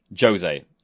Jose